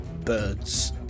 birds